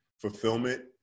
fulfillment